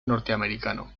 norteamericano